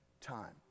time